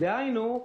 דהיינו,